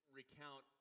recount